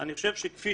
אני חושב שכפי